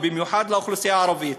ובייחוד האוכלוסייה הערבית,